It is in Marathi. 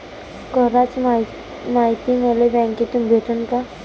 कराच मायती मले बँकेतून भेटन का?